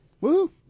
Woo